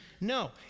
no